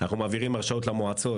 אנחנו מעבירים הרשאות למועצות,